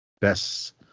Best